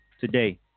today